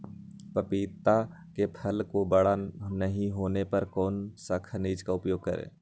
पपीता के फल को बड़ा नहीं होने पर कौन सा खनिज का उपयोग करें?